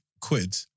quid